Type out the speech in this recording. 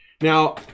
Now